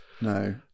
No